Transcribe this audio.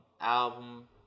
album